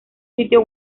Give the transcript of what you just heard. sitio